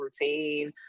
routine